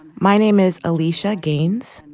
my name is alisha gaines.